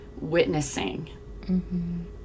witnessing